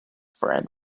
friend